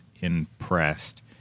impressed